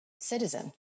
citizen